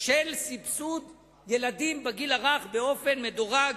של סבסוד ילדים בגיל הרך באופן מדורג